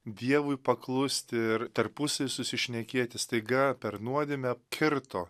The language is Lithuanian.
dievui paklusti ir tarpusavyje susišnekėti staiga per nuodėmę kirto